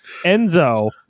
Enzo